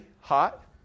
hot